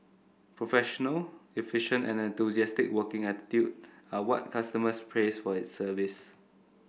professional efficient and enthusiastic working attitude are what customers praise for its service